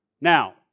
Now